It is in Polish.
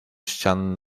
ścian